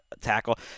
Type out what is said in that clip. tackle